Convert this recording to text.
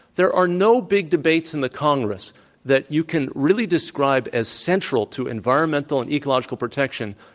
there are no big debates in the congress that you can really describe as central to environmental and ecological protection,